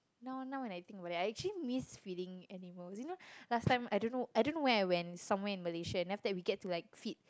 now now when I think about that I actually miss feeding animals last time I don't know I don't know where I went somewhere in Malaysia after that we get to like feed